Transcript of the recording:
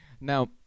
Now